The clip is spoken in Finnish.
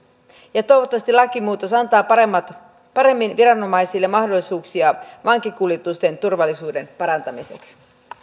toivottavasti lakimuutos antaa paremmin viranomaisille mahdollisuuksia vankikuljetusten turvallisuuden parantamiseksi